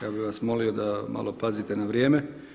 Ja bih vas molio da malo pazite na vrijeme.